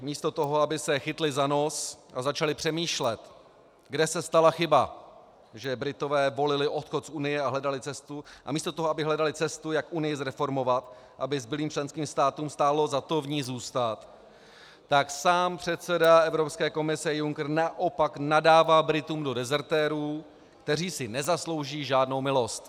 Místo toho, aby se chytli za nos a začali přemýšlet, kde se stala chyba, že Britové volili odchod z Unie, a místo toho, aby hledali cestu, jak Unii zreformovat, aby zbylým členských státům stálo za to v ní zůstat, tak sám předseda Evropské komise Juncker naopak nadává Britům do dezertérů, kteří si nezaslouží žádnou milost.